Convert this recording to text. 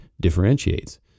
differentiates